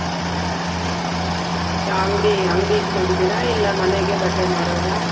ಅಂದರೆ ಅಂಗಡಿ ಅಂಗಡಿ ಇಟ್ಕೊಳ್ತೀರಾ ಇಲ್ಲ ಮನೆಗೆ ಬಟ್ಟೆ ಮಾರೋದಾ